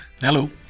Hello